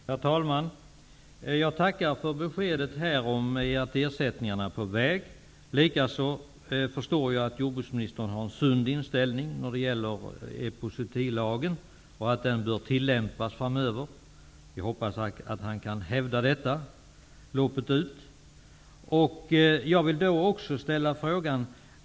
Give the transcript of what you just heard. Herr talman! Jag tackar för beskedet att ersättningarna är på väg. Jag förstår också att jordbruksministern har en sund inställning när det gäller epizootilagen och att den bör tillämpas framöver. Jag hoppas att han kan hävda detta loppet ut. Jag vill ställa en fråga.